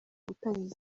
gutangiza